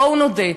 בואו נודה: